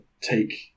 take